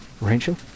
Rachel